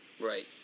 Right